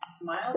Smile